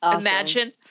Imagine